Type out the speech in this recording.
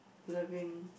loving